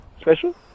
special